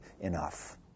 enough